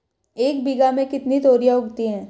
एक बीघा में कितनी तोरियां उगती हैं?